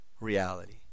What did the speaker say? reality